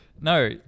No